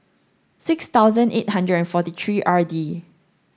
six thousand eight hundred and forty three R D